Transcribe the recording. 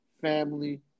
family